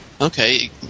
Okay